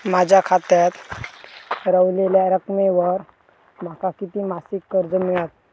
माझ्या खात्यात रव्हलेल्या रकमेवर माका किती मासिक कर्ज मिळात?